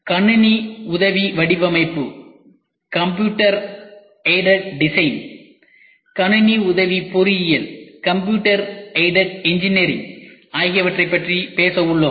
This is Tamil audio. கணினி உதவி வடிவமைப்புCAD Computer Aided Design கணினி உதவி பொறியியல் ஆகியவற்றைப் பற்றி பேச உள்ளோம்